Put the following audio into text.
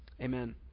Amen